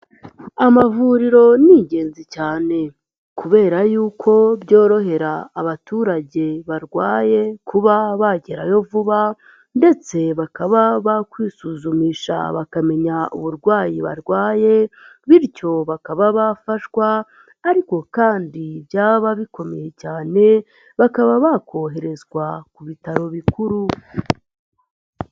Amavuriro ni ingenzi cyane. kubera yuko byorohera abaturage barwaye, kuba bagerayo vuba, ndetse bakaba bakwisuzumisha bakamenya uburwayi barwaye, bityo bakaba bafashwa, ariko kandi byaba bikomeye cyane, bakaba bakoherezwa ku bitaro bikuru.